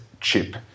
chip